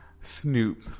Snoop